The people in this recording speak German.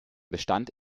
bestand